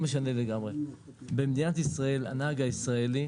במדינת ישראל הנהג הישראלי,